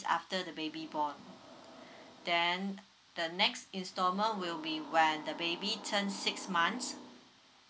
after the baby born then the next instalment will be when the baby turns six months